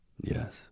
Yes